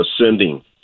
ascending